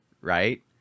Right